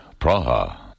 Praha